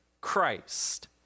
Christ